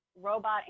robot